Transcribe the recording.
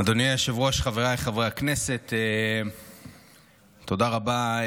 אדוני היושב-ראש, חבריי חברי הכנסת, תודה רבה.